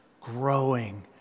growing